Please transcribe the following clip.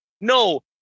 No